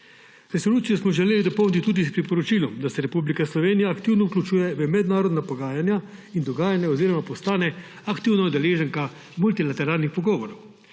Resolucijo smo želeli dopolniti tudi s priporočilom, da se Republika Slovenija aktivno vključuje v mednarodna pogajanja in dogajanja oziroma postane aktivna udeleženka multilateralnih pogovorov